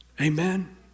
Amen